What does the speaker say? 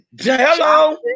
Hello